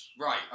Right